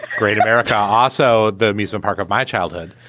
great america. also the amusement park of my childhood.